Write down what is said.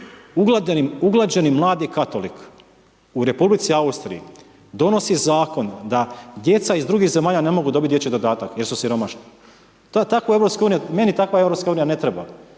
Uglađeni mladi katolik u Republici Austriji donosi zakon da djeca iz drugih zemalja ne mogu dobiti dječji dodatak, jer su siromašni. Takva EU, meni takva EU ne treba.